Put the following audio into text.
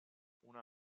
una